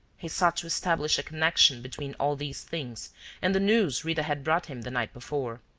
he sought to establish a connection between all these things and the news rita had brought him the night before.